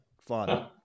fun